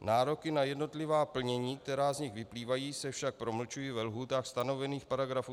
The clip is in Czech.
Nároky na jednotlivá plnění, která z nich vyplývají, se však promlčují ve lhůtách stanovených v § 161.